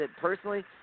personally